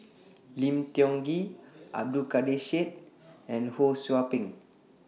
Lim Tiong Ghee Abdul Kadir Syed and Ho SOU Ping